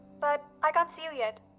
but i can't see you yet.